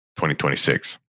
2026